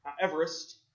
Everest